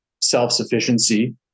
self-sufficiency